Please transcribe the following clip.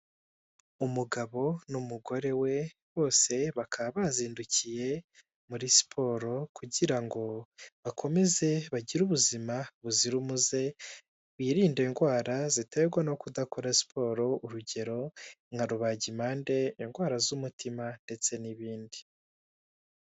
Umugabo n'umugore we, bose bakaba bazindukiye muri siporo kugira ngo bakomeze bagire ubuzima buzira umuze, birinde indwara ziterwa no kudakora siporo, urugero nka rubagimpande, indwara z'umutima ndetse n'ibindi.